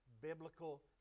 Biblical